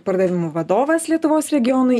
pardavimų vadovas lietuvos regionui